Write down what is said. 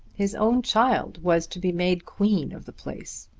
his own child was to be made queen of the place!